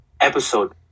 episode